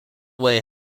way